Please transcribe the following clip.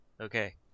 okay